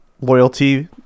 loyalty